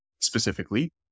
specifically